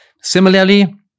Similarly